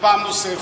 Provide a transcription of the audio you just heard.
פעם נוספת.